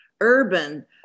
urban